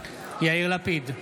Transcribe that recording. יאיר לפיד,